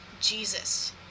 Jesus